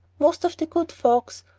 most of the good folks,